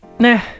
Nah